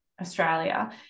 Australia